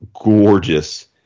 gorgeous